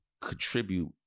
contribute